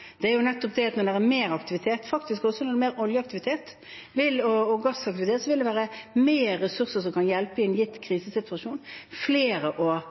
Det er nettopp det at når det er mer aktivitet – faktisk også når det er mer olje- og gassaktivitet – vil det være flere ressurser som kan hjelpe i en gitt krisesituasjon, flere å